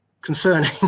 concerning